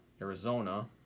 Arizona